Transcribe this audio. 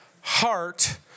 heart